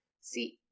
See